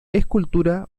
escultura